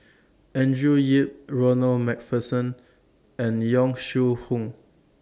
Andrew Yip Ronald MacPherson and Yong Shu Hoong